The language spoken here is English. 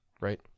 right